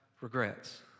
regrets